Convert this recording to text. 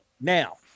Now